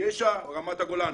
יש"ע ורמת הגולן.